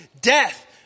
death